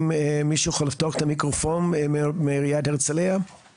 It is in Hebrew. אני שימשתי בעבר כפקידת יערות, היום